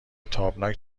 تابناک